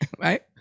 right